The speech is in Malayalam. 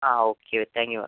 ആ ഓക്കെ താങ്ക്യൂ മാം